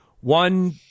one